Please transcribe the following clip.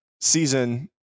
season